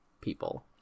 people